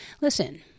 Listen